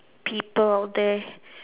people that